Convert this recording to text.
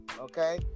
okay